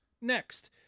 Next